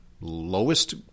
lowest